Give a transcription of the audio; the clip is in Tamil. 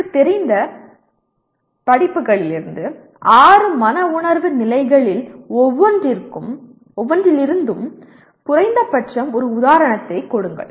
உங்களுக்குத் தெரிந்த படிப்புகளிலிருந்து ஆறு மன உணர்வு நிலைகளில் ஒவ்வொன்றிலிருந்தும் குறைந்தபட்சம் ஒரு உதாரணத்தைக் கொடுங்கள்